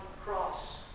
cross